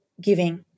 giving